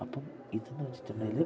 അപ്പം ഇതെന്നു വച്ചിട്ടുണ്ടെങ്കിൽ